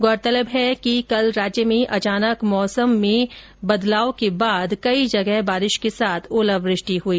गौरतलब है कि कल राज्य में अचानक मौसम में के बाद कई जगह बारिश के साथ ओलावृष्टि हुई